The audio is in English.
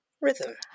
Rhythm